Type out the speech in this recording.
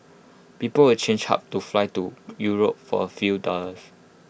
people will change hubs to fly to Europe for A few dollars